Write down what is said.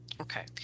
Okay